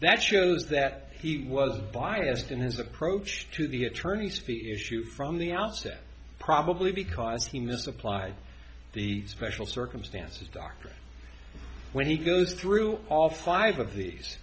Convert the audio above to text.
that shows that he was biased in his approach to the attorney's fees issue from the outset probably because he misapplied the special circumstances dr when he goes through all five of these